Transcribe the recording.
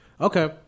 Okay